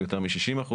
יותר מ-60%,